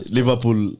Liverpool